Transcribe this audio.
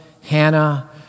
Hannah